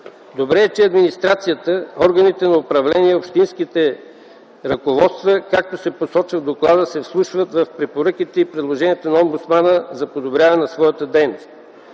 Добре е, че администрацията, органите на управление и общинските ръководства, както се посочва в доклада, се вслушват в препоръките и предложенията на омбудсмана за подобряване на своята дейност.